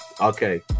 okay